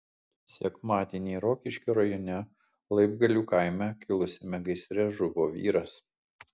sekmadienį rokiškio rajone laibgalių kaime kilusiame gaisre žuvo vyras